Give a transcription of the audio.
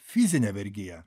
fizinė vergija